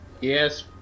Yes